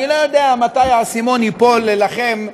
אני לא יודע מתי האסימון ייפול לכם,